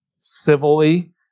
civilly